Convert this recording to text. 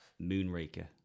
Moonraker